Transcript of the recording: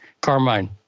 Carmine